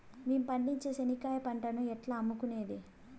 మేము పండించే చెనక్కాయ పంటను ఎట్లా అమ్ముకునేది?